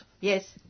Yes